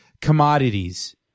commodities